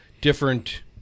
different